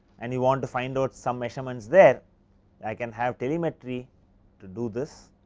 and you want to find out some measurements their i can have telemetry to do this.